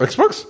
Xbox